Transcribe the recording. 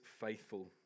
faithful